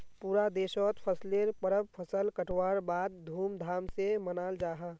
पूरा देशोत फसलेर परब फसल कटवार बाद धूम धाम से मनाल जाहा